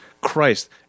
Christ